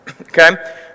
Okay